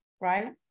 right